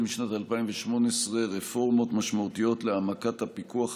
משנת 2018 רפורמות משמעותיות להעמקת הפיקוח,